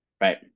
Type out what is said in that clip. Right